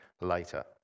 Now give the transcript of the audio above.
later